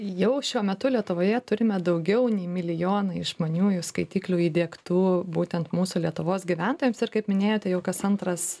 jau šiuo metu lietuvoje turime daugiau nei milijoną išmaniųjų skaitiklių įdiegtų būtent mūsų lietuvos gyventojams ir kaip minėjote jau kas antras